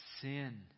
sin